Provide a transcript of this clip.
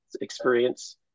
experience